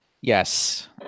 Yes